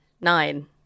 nine